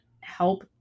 help